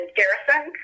garrison